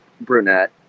brunette